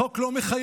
החוק לא מחייב.